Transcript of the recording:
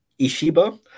Ishiba